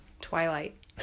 Twilight